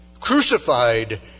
crucified